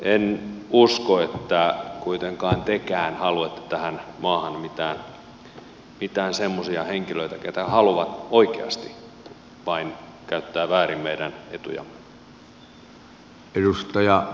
en usko että kuitenkaan tekään haluatte tähän maahan mitään semmoisia henkilöitä jotka haluavat oikeasti vain käyttää väärin meidän etujamme